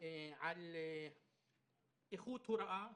על איכות הוראה.